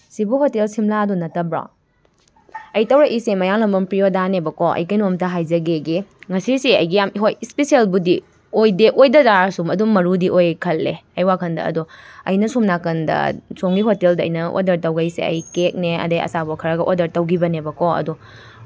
ꯁꯤꯕꯨ ꯍꯣꯇꯦꯜ ꯁꯤꯝꯂꯥꯗꯣ ꯅꯠꯇꯕ꯭ꯔꯣ ꯑꯩ ꯇꯧꯔꯛꯏꯁꯦ ꯃꯌꯥꯡꯂꯥꯡꯕꯝ ꯄ꯭ꯔꯤꯌꯣꯗꯥꯅꯦꯕꯀꯣ ꯑꯩ ꯀꯩꯅꯣꯝꯇ ꯍꯥꯏꯖꯒꯦ ꯉꯁꯤꯁꯦ ꯑꯩꯒꯤ ꯌꯥꯝ ꯍꯣꯏ ꯏꯁ꯭ꯄꯦꯁꯤꯌꯦꯜꯕꯨꯗꯤ ꯑꯣꯏꯗꯦ ꯑꯣꯏꯗꯕ ꯇꯥꯔꯒꯁꯨ ꯑꯗꯨꯝ ꯃꯔꯨꯗꯤ ꯑꯣꯏ ꯈꯟꯂꯦ ꯑꯩ ꯋꯥꯈꯜꯗ ꯑꯗꯣ ꯑꯩꯅ ꯁꯣꯝ ꯅꯥꯀꯜꯗ ꯁꯣꯝꯒꯤ ꯍꯣꯇꯦꯜꯗ ꯑꯩꯅ ꯑꯣꯗꯦꯔ ꯇꯧꯒꯩꯁꯦ ꯑꯩ ꯀꯦꯛꯅꯦ ꯑꯗꯨꯗꯩ ꯑꯆꯥꯄꯣꯠ ꯈꯔꯒ ꯑꯣꯔꯗꯔ ꯇꯧꯈꯤꯕꯅꯦꯀꯣ ꯑꯗꯣ